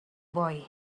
boy